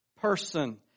person